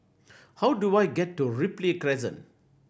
how do I get to Ripley Crescent